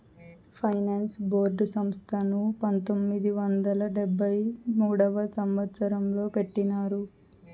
finance board సంస్థను పంతొమ్మిది వందల డెబ్భై మూడవ సంవచ్చరంలో పెట్టినారు